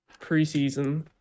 preseason